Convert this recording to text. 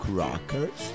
rockers